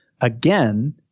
again